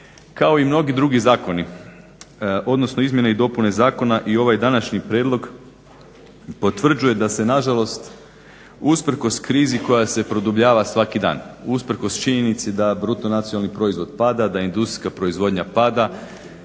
Kao i mnogi drugi zakoni, odnosno izmjene i dopune zakona i ovaj današnji prijedlog potvrđuje da se nažalost usprkos krizi koja se produbljava svaki dan, usprkos činjenici da bruto nacionalni proizvod pada, da industrijska proizvodnja pada,